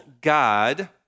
God